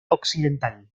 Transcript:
occidental